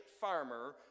farmer